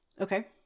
Okay